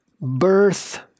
birth